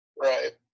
right